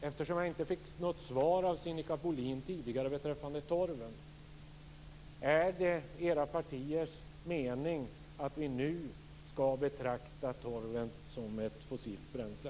Eftersom jag inte fick något svar av Sinikka Bohlin tidigare beträffande torven är min andra fråga till Kjell-Erik Karlsson: Är det era partiers mening att vi nu skall betrakta torven som ett fossilt bränsle?